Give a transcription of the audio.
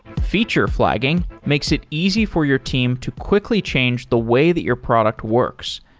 feature flagging makes it easy for your team to quickly change the way that your product works,